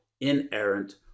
inerrant